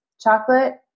chocolate